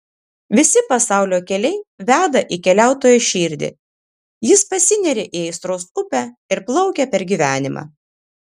visi pasaulio keliai veda į keliautojo širdį jis pasineria į aistros upę ir plaukia per gyvenimą